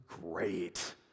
great